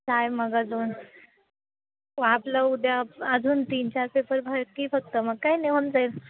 काय मग अजून हो आपलं उद्या अजून तीन चार पेपर बाकी फक्त मग काय नाही होऊन जाईल